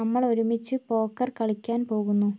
നമ്മൾ ഒരുമിച്ച് പോക്കർ കളിക്കാൻ പോകുന്നു